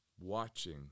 Watching